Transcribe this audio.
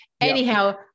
Anyhow